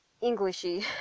Englishy